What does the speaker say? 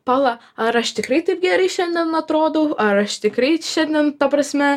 pala ar aš tikrai taip gerai šiandien atrodau ar aš tikrai šiandien ta prasme